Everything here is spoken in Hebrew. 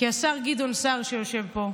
כי השר גדעון סער, שיושב פה,